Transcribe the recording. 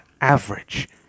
average